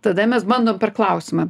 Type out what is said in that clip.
tada mes bandom per klausimą